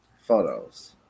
photos